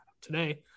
today